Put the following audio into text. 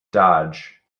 dodge